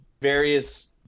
various